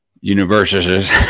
universes